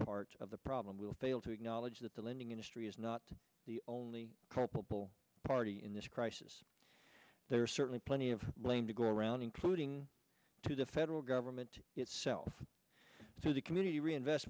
part of the problem will fail to acknowledge that the lending industry is not the only culpable party in this crisis there are certainly plenty of blame to go around including to the federal government itself so the community reinvest